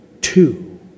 two